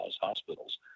hospitals